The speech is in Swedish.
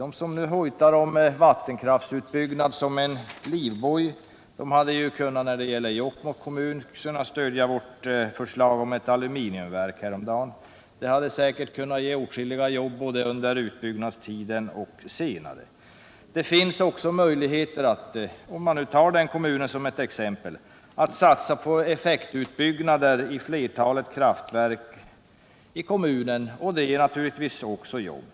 De som hojtar om att —- Nr 52 vattenkraftsutbyggnaden är en livboj hade ju häromdagen beträffande Torsdagen den Jokkmokks kommun kunnat stödja vårt förslag om ett aluminiumverk. 15 december 1977 Säkerligen hade detta kunnat ge åtskilliga arbeten både under utbyggnadstiden och senare. Om man nu tar den här kommunen som ett ex = Den fysiska empel, finns det också möjligheter att satsa på effektutbyggnader i flertalet — riksplaneringen för kraftverk. Det ger naturligtvis också arbeten.